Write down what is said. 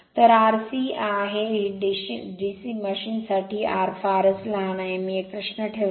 तर आरसी आहे DC machine साठी R फारच लहान आहे मी एक प्रश्न ठेवला